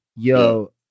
Yo